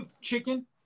chicken